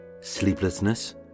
Sleeplessness